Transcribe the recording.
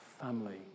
family